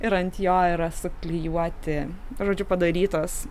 ir ant jo yra suklijuoti žodžiu padarytos